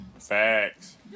Facts